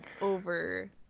over